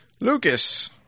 Lucas